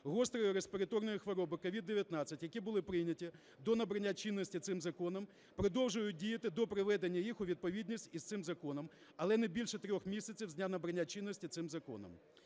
гострої респіраторної хвороби COVID-19, які були прийняті до набрання чинності цим законом, продовжують діяти до приведення їх у відповідність із цим законом, але не більше трьох місяців з дня набрання чинності цим законом".